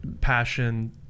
passion